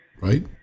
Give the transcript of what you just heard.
Right